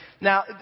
Now